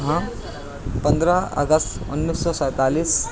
ہاں پندرہ اگست انیس سو سینتالیس